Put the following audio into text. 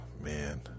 man